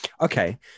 Okay